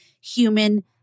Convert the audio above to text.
human